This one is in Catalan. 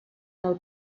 del